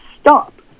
stop